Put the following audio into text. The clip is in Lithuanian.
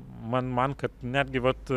man man kad netgi vat